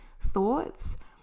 thoughts